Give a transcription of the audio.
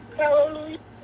hallelujah